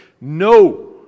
No